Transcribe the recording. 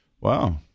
Wow